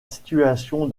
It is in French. situation